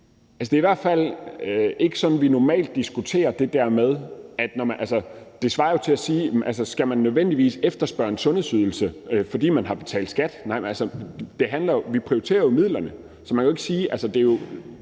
måske i hvert fald ikke, det er sådan, vi normalt diskuterer det der. Altså, det svarer jo til at spørge, om man nødvendigvis skal efterspørge en sundhedsydelse, fordi man har betalt skat. Nej, vi prioriterer jo midlerne, så man kan jo ikke sige det.